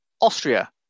Austria